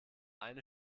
eine